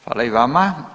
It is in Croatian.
Hvala i vama.